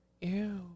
Ew